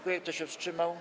Kto się wstrzymał?